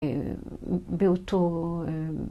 ‫באותו...